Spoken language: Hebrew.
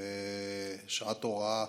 ושעת הוראה